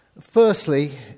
Firstly